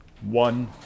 one